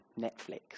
Netflix